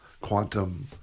quantum